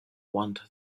want